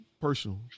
personal